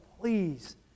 please